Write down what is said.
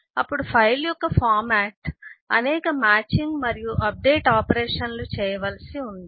అప్పుడు ఫైల్ యొక్క ఫార్మాట్ అప్పుడు అనేక మ్యాచింగ్ మరియు అప్డేట్ ఆపరేషన్లు చేయవలసి ఉంది